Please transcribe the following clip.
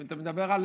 אתה מדבר על